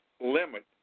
limit